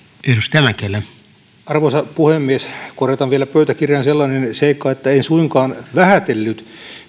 arvoisa puhemies korjataan vielä pöytäkirjaan sellainen seikka että en suinkaan vähätellyt